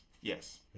Yes